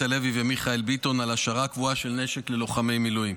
הלוי ומיכאל ביטון על השארה קבועה של נשק ללוחמי מילואים.